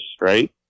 right